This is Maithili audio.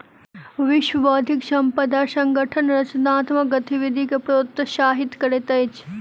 विश्व बौद्धिक संपदा संगठन रचनात्मक गतिविधि के प्रोत्साहित करैत अछि